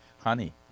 honey